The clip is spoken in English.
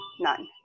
none